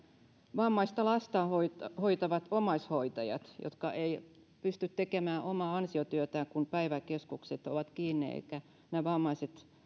vammaista lasta hoitavat hoitavat omaishoitajat jotka eivät pysty tekemään omaa ansiotyötään kun päiväkeskukset ovat kiinni eivätkä nämä vammaiset